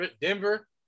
Denver